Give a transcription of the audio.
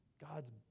God's